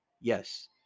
yes